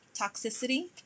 toxicity